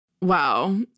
Wow